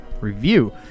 review